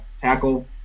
tackle